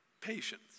patience